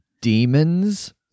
demons